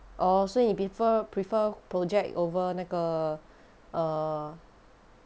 orh so you prefer prefer project over 那个 err